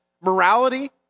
morality